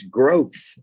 growth